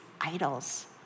idols